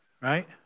Right